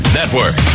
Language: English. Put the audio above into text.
Network